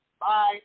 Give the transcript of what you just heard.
Bye